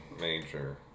Major